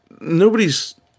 nobody's